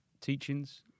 teachings